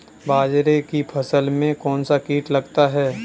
बाजरे की फसल में कौन सा कीट लगता है?